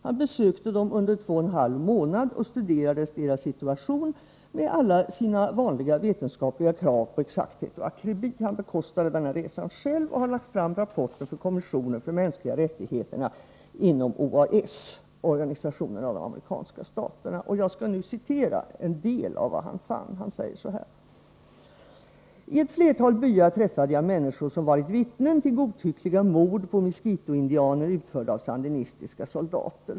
Han besökte dem under två och en halv månad och studerade deras situation med alla sina vanliga vetenskapliga krav på exakthet och akribi. Han bekostade resan själv och har lagt fram rapporten för kommissionen för de mänskliga rättigheterna inom OAS, organisationen av de amerikanska staterna. Jag skall nu citera en del av vad han fann: ”I ett flertal byar träffade jag människor som varit vittnen till godtyckliga mord på miskituindianer utförda av sandinistiska soldater.